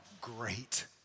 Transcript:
great